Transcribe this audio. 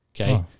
Okay